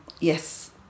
Yes